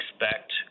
expect